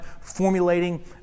formulating